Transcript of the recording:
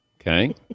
Okay